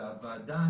הוועדה,